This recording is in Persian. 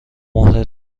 مهر